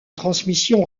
transmission